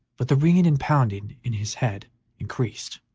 but the ringing and pounding in his head increased,